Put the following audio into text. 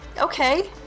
okay